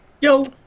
Yo